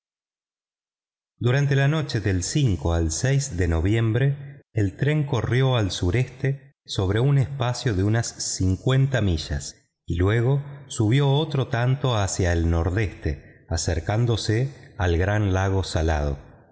durante la noche del al de diciembre el tren corrió al sureste sobre un espacio de unas cincuenta millas y luego subió otro tanto hacia el nordeste acercándose al gran lago salado